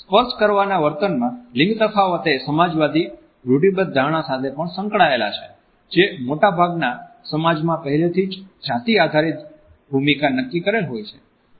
સ્પર્શ કરવાના વર્તનમાં લિંગ તફાવત એ સમાજવાદી રૂઢિબદ્ધ ધારણા સાથે પણ સંકળાયેલા છે જે મોટાભાગના સમાજમાં પહેલેથી જાતિ આધારિત ભૂમિકા નક્કી કરેલ હોય છે